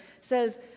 says